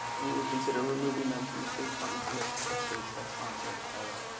we would consider removing them from the state department's list of states that sponsor terror.